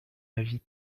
avis